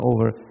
over